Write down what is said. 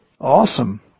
Awesome